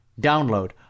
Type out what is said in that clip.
Download